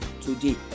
today